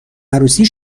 عروسی